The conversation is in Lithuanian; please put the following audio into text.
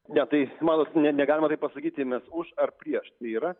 ne tai matot ne negalima pasakyti mes už ar prieš tai yra